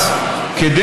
מרחוק),